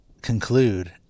conclude